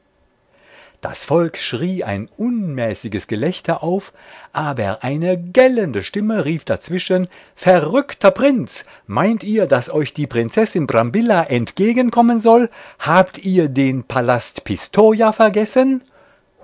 das volk schlug ein unmäßiges gelächter auf aber eine gellende stimme rief dazwischen verrückter prinz meint ihr daß euch die prinzessin brambilla entgegenkommen soll habt ihr den palast pistoja vergessen